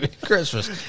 Christmas